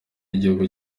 igihugu